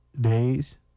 days